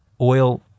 Oil